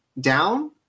down